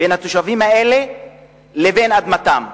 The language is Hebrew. בין התושבים האלה לבין אדמתם.